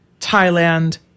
Thailand